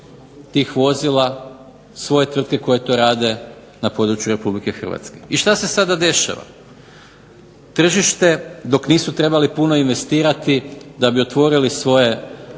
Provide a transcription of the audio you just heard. tih vozila svoje tvrtke koje to rade na području Republike Hrvatske. I što se sada dešava? Tržište dok nisu trebali puno investirati da bi otvorili svoje